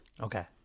Okay